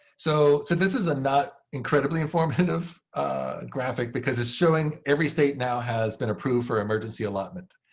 so so this is a not incredibly informative graphic, because it's showing every state now has been approved for emergency allotment.